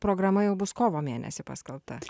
programa jau bus kovo mėnesį paskelbta